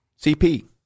CP